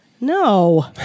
No